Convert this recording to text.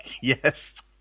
Yes